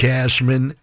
Cashman